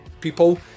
people